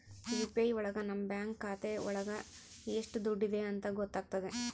UPI ಒಳಗ ನಮ್ bank ಖಾತೆ ಒಳಗ ಎಷ್ಟ್ ದುಡ್ಡಿದೆ ಅಂತ ಗೊತ್ತಾಗ್ತದೆ